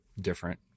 different